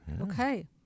Okay